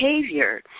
behavior